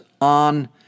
on